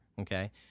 Okay